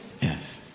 Yes